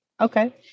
Okay